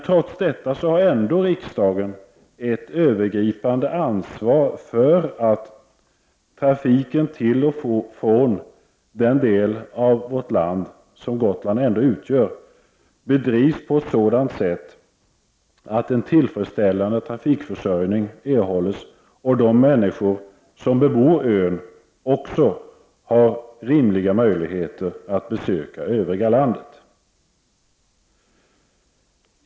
Trots detta har ändå riksdagen ett övergripande ansvar för att trafiken till och från den del av vårt land som Gotland utgör bedrivs på ett sådant sätt att en tillfredsställande trafikförsörjning erhålles och att de människor som bebor ön också har rimliga möjligheter att besöka övriga landet.